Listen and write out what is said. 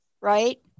right